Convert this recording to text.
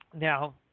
Now